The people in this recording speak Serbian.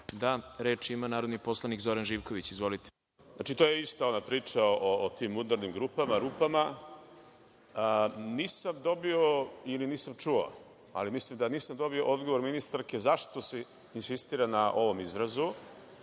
(Da.)Reč ima narodni poslanik Zoran Živković. Izvolite. **Zoran Živković** To je ista ona priča o tim udarnim grupama, rupama. Nisam dobio ili nisam čuo, ali mislim da nisam dobio odgovor ministarke zašto se insistira na ovom izrazu?